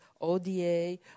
ODA